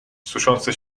suszący